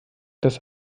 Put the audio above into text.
das